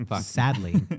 sadly